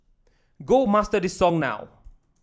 go master this song now